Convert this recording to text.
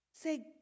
Say